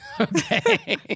Okay